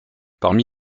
parmi